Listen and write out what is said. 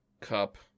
cup